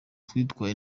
twitwaye